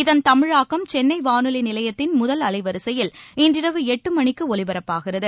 இதன் தமிழாக்கம் சென்னை வானொலி நிலையத்தின் முதல் அலைவரிசையில் இன்றிரவு எட்டுமணிக்கு ஒலிபரப்பாகிறது